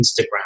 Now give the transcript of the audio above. Instagram